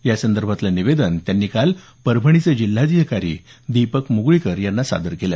यासंदर्भातलं निवेदन त्यांनी काल परभणीचे जिल्हाधिकारी दीपक मुगळीकर यांना दिलं